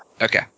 Okay